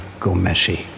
Gomeshi